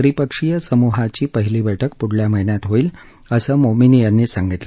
त्रिपक्षीय समुहाची पहिली बैठक पुढल्या माहिन्यात होईल असं मोमीन यांनी सांगितलं